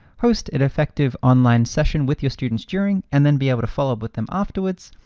host an effective online session with your students during, and then be able to follow up with them afterwards,